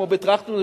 כמו ועדת-טרכטנברג,